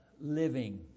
living